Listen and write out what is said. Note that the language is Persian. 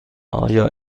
آیا